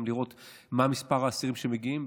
גם לראות מה מספר האסירים שמגיעים,